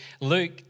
Luke